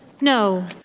no